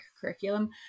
curriculum